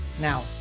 Now